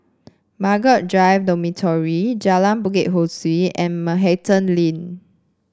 Margaret Drive Dormitory Jalan Bukit Ho Swee and Manhattan Inn